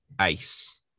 ace